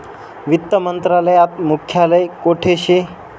वित्त मंत्रालयात मुख्यालय कोठे शे